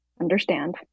understand